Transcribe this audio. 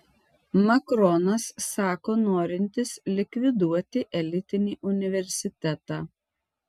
makronas sako norintis likviduoti elitinį universitetą